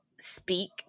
speak